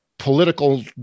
political